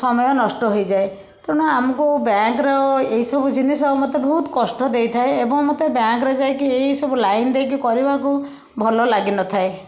ସମୟ ନଷ୍ଟ ହୋଇଯାଏ ତେଣୁ ଆମକୁ ବ୍ୟାଙ୍କର ଏହିସବୁ ଜିନିଷ ବହୁତ କଷ୍ଟ ଦେଇଥାଏ ଏବଂ ମୋତେ ବ୍ୟାଙ୍କରେ ଯାଇକି ଏହିସବୁ ଲାଇନ୍ ଦେଇକି କରିବାକୁ ଭଲ ଲାଗିନଥାଏ